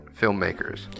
filmmakers